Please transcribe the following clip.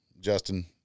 Justin